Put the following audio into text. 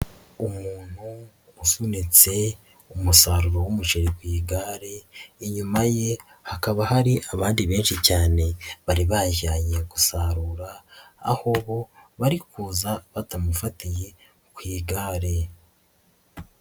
Umuntu usunitse umusaruro w'umuceri ku igare, inyuma ye hakaba hari abandi benshi cyane bari bajyanye gusarura, aho bo bari kuza batamufatiye ku igare.